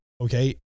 Okay